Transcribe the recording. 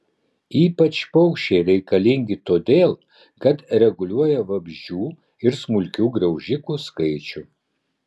ypač paukščiai reikalingi todėl kad reguliuoja vabzdžių ir smulkių graužikų skaičių